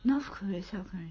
north korea south korea